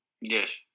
yes